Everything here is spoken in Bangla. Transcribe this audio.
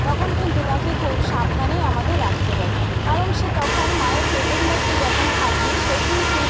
তখন কিন্তু তাকে খুব সাবধানেই আমাদের রাখতে হয় কারণ সে তখন মায়ের পেটের মধ্যে যখন থাকে সে কিন্তু